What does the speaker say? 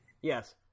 Yes